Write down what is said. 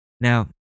Now